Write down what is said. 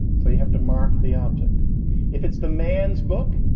so you have to mark the object if it's the man's book.